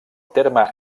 terme